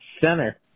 center